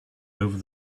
over